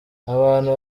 abantu